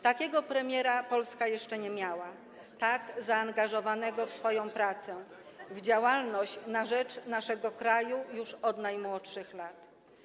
Takiego premiera Polska jeszcze nie miała - tak zaangażowanego w swoją pracę, w działalność na rzecz naszego kraju już od najmłodszych lat.